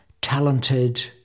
talented